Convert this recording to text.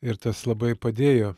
ir tas labai padėjo